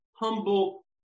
humble